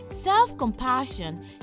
Self-compassion